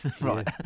Right